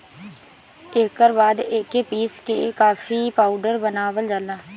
एकर बाद एके पीस के कॉफ़ी पाउडर बनावल जाला